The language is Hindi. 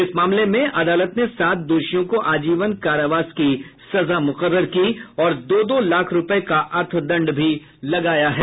इस मामले में अदालत ने सात दोषियों को आजीवन कारावास की सजा मुकर्रर की और दो दो लाख रुपये का अर्थदंड भी लगाया है